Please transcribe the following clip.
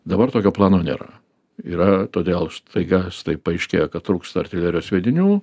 dabar tokio plano nėra yra todėl staiga paaiškėja kad trūksta artilerijos sviedinių